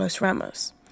Ramos